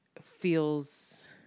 feels